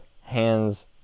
hands